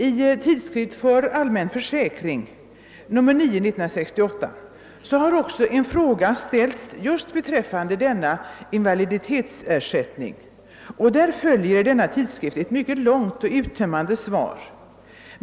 I Tidskrift för allmän försäkring nr 9/1968 framställs också denna fråga om invaliditetsersättningen, och på den följer ett mycket långt och uttömmande svar.